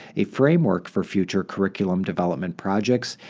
a framework for future curriculum development projects,